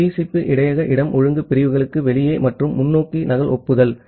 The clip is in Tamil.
TCP இடையக இடம் ஒழுங்கு பிரிவுகளுக்கு வெளியே மற்றும் முன்னோக்கி நகல் ஒப்புதல்